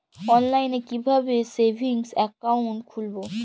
অনলাইনে কিভাবে savings account খুলবো?